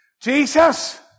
Jesus